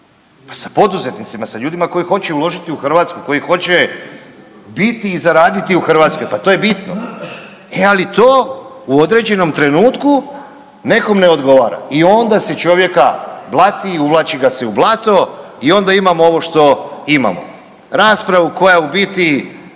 pa sa poduzetnicima, sa ljudima koji hoće uložiti u Hrvatsku, koji hoće biti i zaraditi u Hrvatskoj, pa to je bitno. E ali to u određenom trenutku nekom ne odgovara i onda se čovjeka blati i uvlači ga se u blato i onda imamo ovo što imamo, raspravu koja u biti